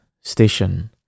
station